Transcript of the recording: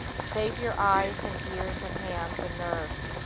save your eyes and ears and hands and nerves,